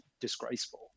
disgraceful